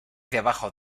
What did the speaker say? debajo